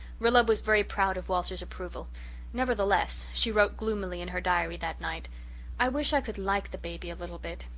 rilla was very proud of walter's approval nevertheless, she wrote gloomily in her diary that night i wish i could like the baby a little bit.